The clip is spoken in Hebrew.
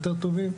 יותר טובים.